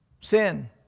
sin